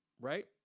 Right